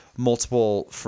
multiple